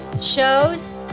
shows